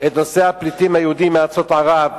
את נושא הפליטים היהודים מארצות ערב,